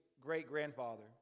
great-grandfather